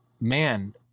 man